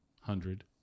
hundred